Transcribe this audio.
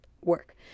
work